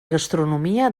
gastronomia